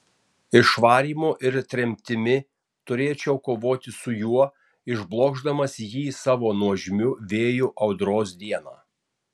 išvarymu ir tremtimi turėčiau kovoti su juo išblokšdamas jį savo nuožmiu vėju audros dieną